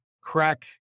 crack